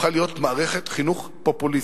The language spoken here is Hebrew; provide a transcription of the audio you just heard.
הפכה להיות מערכת חינוך פופוליסטית.